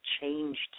changed